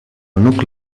nucli